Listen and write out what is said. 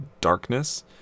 darkness